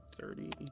thirty